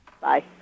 Bye